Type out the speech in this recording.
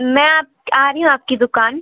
मैं आप आ रही हूँ आपकी दुकान